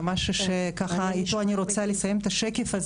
ומשהו שאיתו אני רוצה לסיים את השקף זה